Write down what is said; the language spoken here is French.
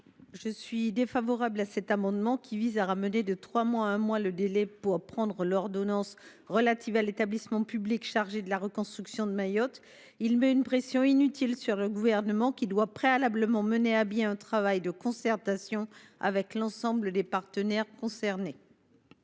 de la commission ? Cet amendement vise à ramener de trois mois à un mois le délai dans lequel l’ordonnance relative à l’établissement public chargé de la reconstruction de Mayotte devra être publiée. Cela exercerait une pression inutile sur le Gouvernement, qui doit préalablement mener à bien un travail de concertation avec l’ensemble des partenaires concernés.